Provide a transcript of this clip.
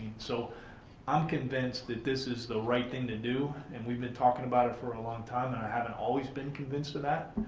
so i'm convinced that this is the right thing to do and we've been talking about it for a long time and i haven't always been convinced of that,